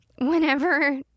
Whenever